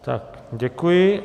Tak děkuji.